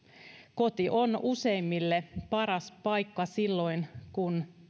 koti on useimmille paras paikka silloin kun